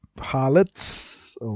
harlots